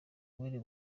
well